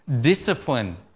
Discipline